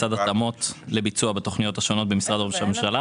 לצד התאמות לביצוע התכניות השונות במשרד ראש הממשלה: